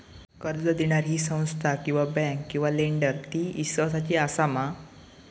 कर्ज दिणारी ही संस्था किवा बँक किवा लेंडर ती इस्वासाची आसा मा?